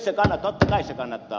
totta kai se kannattaa